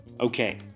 Okay